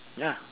ya